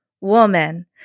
woman